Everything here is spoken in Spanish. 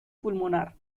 pulmonar